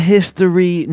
History